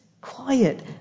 quiet